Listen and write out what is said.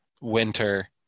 winter